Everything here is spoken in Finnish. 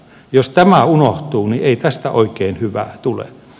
jos tämä unohtuu niin ei tästä oikein hyvää tule